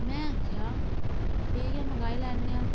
में आखेआ ठीक ऐ मंगाई लैन्ने आं